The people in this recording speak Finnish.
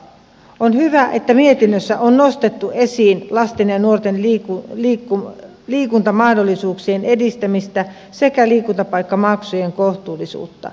on hyvä että mietinnössä on nostettu esiin lasten ja nuorten liikuntamahdollisuuksien edistämistä sekä liikuntapaikkamaksujen kohtuullisuutta